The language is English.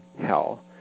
hell